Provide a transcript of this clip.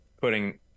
putting